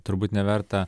turbūt neverta